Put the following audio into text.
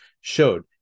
showed